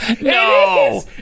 No